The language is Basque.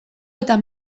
eta